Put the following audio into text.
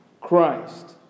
Christ